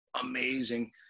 amazing